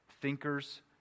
Thinkers